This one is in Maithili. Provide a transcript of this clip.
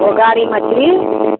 बोआरी मछली